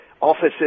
offices